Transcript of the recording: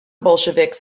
bolsheviks